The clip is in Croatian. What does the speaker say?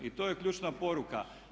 I to je ključna poruka.